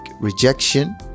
rejection